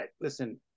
Listen